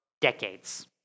decades